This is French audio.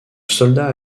soldat